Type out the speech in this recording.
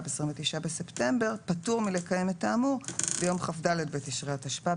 (29 בספטמבר 2021) פטור מלקיים את האמור ביום כ"ד בתשרי התשפ"ב